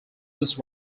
this